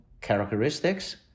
characteristics